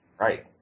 right